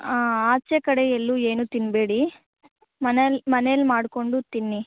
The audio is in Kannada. ಆಚೆ ಕಡೆ ಎಲ್ಲೂ ಏನು ತಿನ್ನಬೇಡಿ ಮನೇಲಿ ಮನೇಲಿ ಮಾಡಿಕೊಂಡು ತಿನ್ನಿ